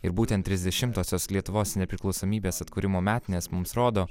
ir būtent trisdešimtosios lietuvos nepriklausomybės atkūrimo metinės mums rodo